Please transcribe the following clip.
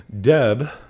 Deb